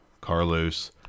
Carlos